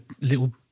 little